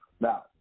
now